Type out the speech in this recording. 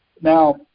Now